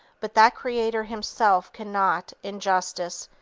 but that creator himself cannot, in justice,